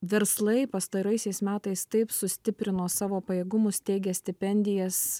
verslai pastaraisiais metais taip sustiprino savo pajėgumus steigia stipendijas